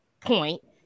point